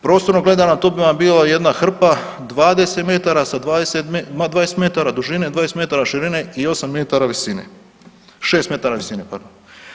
Prostorno gledano to bi vam bila jedna hrpa 20 metara sa 20 metara dužine, 20 metara širine i 8 metara visine, 6 metara visine, pardon.